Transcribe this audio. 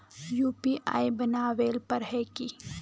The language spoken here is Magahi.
यु.पी.आई बनावेल पर है की?